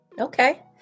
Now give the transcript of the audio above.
Okay